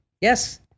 yes